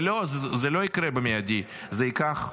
ולא, זה לא יקרה במיידי, זה ייקח זמן,